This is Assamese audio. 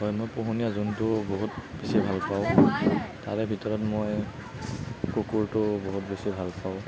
হয় মই পোহনীয়া জন্তু বহুত বেছি ভাল পাওঁ তাৰে ভিতৰত মই কুকুৰটো বহুত বেছি ভাল পাওঁ